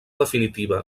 definitiva